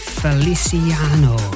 feliciano